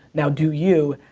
now do you.